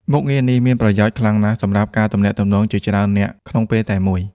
មុខងារនេះមានប្រយោជន៍ខ្លាំងណាស់សម្រាប់ការទំនាក់ទំនងជាច្រើននាក់ក្នុងពេលតែមួយ។